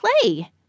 play